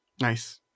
Nice